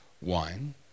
wine